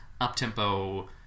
up-tempo